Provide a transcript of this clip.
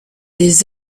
des